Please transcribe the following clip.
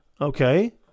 okay